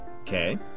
Okay